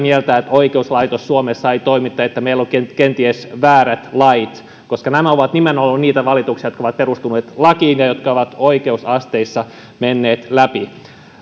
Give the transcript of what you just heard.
mieltä että oikeuslaitos suomessa ei toimi tai että meillä on kenties väärät lait koska nämä ovat nimenomaan niitä valituksia jotka ovat perustuneet lakiin ja jotka ovat oikeusasteissa menneet läpi